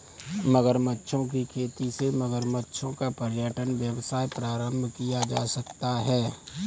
मगरमच्छों की खेती से मगरमच्छों का पर्यटन व्यवसाय प्रारंभ किया जा सकता है